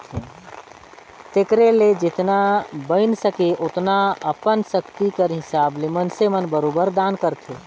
तेकरे ले जेतना बइन सके ओतना अपन सक्ति कर हिसाब ले मइनसे मन बरोबेर दान करथे